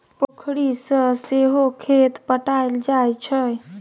पोखरि सँ सहो खेत पटाएल जाइ छै